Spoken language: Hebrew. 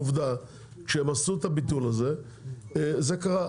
שעובדה שכשהם עשו את הביטול הזה זה קרה.